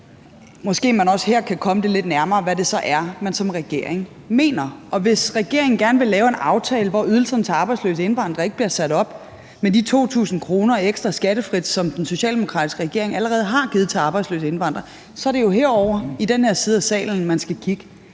Måske man også her kan komme lidt nærmere, hvad det så er, man som regering mener. Og hvis regeringen gerne vil lave en aftale, hvor ydelserne til arbejdsløse indvandrere ikke bliver sat op med de 2.000 kr. ekstra skattefrit, som den socialdemokratiske regering allerede har givet til arbejdsløse indvandrere, så er det jo her ovre i den her side af salen, man skal kigge.